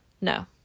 No